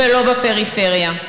ולא בפריפריה.